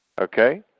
okay